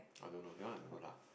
I don't know that one I don't know lah